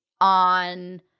on